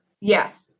Yes